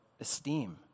esteem